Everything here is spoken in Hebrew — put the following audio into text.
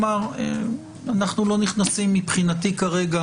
אנו לא נכנסים מבחינתי כרגע